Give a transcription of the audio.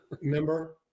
Remember